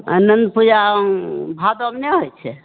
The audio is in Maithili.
अनन्त पूजा भादब नहि होइ छै